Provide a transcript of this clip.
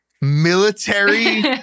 Military